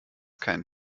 kein